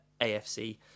AFC